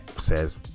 says